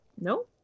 no